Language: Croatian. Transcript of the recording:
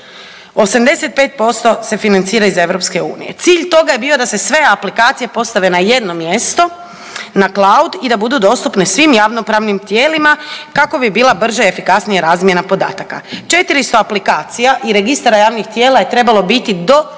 85% se financira iz EU. Cilj toga je bio da se sve aplikacije postave na jedno mjesto na cloud i da budu dostupne svim javno-pravnim tijelima kako bi bila brža i efikasnija razmjena podataka. 400 aplikacija i registara javnih tijela je trebalo biti do